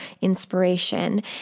inspiration